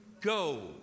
go